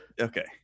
Okay